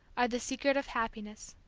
are the secret of happiness.